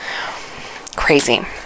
Crazy